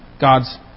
God's